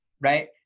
right